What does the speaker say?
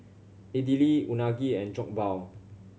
Idili Unagi and Jokbal